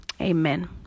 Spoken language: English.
Amen